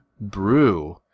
brew